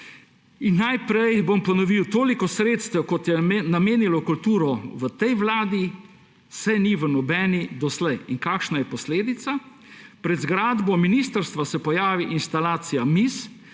Najprej bom ponovil, toliko sredstev, kot se je namenilo v kulturo v tej vladi, se ni v nobeni doslej. In kakšna je posledica? Pred zgrado ministrstva se pojavi instalacija miz,